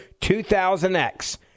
2000X